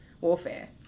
warfare